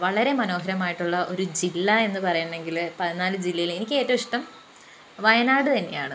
വളരെ മനോഹരമായിട്ടുള്ള ഒരു ജില്ല എന്ന് പറയുന്നെങ്കില് പതിനാല് ജില്ലയില് എനിക്കേറ്റവും ഇഷ്ടം വയനാട് തന്നെയാണ്